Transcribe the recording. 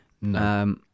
No